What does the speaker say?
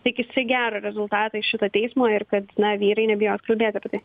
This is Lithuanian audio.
tikisi gero rezultato iš šito teismo ir kad na vyrai nebijo kalbėt apie tai